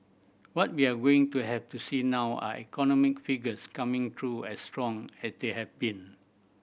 what we're going to have to see now are economic figures coming through as strong as they have been